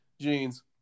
jeans